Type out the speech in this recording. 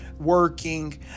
working